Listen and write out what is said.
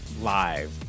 live